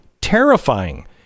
terrifying